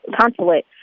consulate